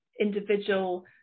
individual